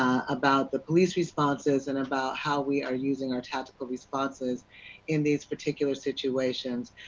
about the police responses, and about how we are using our tactical responses in these particular situations.